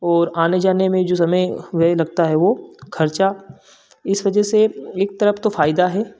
और आने जाने में जो समय वही लगता है वह खर्चा इस वजह से एक तरफ तो फायदा है